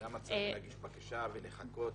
צריך להגיש בקשה ולחכות?